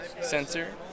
sensor